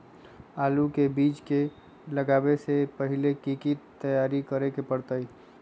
आलू के बीज के लगाबे से पहिले की की तैयारी करे के परतई?